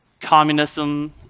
communism